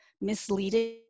misleading